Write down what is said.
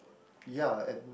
ya and